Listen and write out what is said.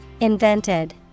Invented